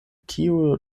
tiu